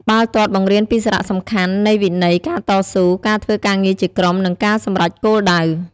បាល់ទាត់បង្រៀនពីសារៈសំខាន់នៃវិន័យ ការតស៊ូ ការធ្វើការងារជាក្រុម និងការសម្រេចគោលដៅ។